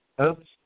Oops